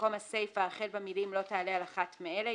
במקום הסיפה החל במילים "לא תעלה על אחת מאלה:"